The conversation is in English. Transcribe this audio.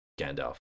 Gandalf